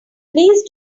please